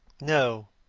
no,